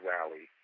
Rally